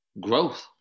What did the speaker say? growth